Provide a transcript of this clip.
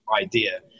idea